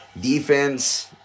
defense